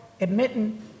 admitting